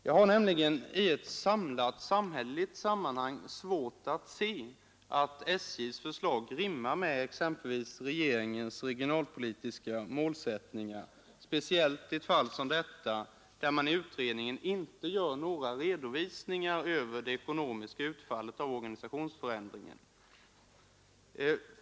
Jag har nämligen i ett samlat samhälleligt sammanhang svårt att se att SJ:s förslag rimmar med exempelvis regeringens regionalpolitiska målsättningar, speciellt i ett fall som detta där utredningen inte redovisar det ekonomiska utfallet av organisationsförändringen.